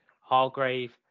Hargrave